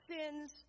sins